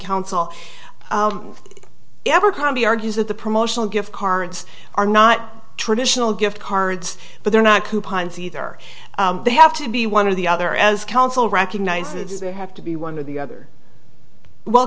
counsel ever can be argued that the promotional gift cards are not traditional gift cards but they're not coupons either they have to be one of the other as council recognizes they have to be one of the other well